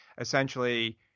Essentially